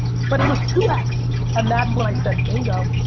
but it was two x. and that's when i said, bingo.